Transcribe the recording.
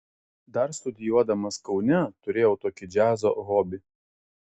dar studijuodamas kaune turėjau tokį džiazo hobį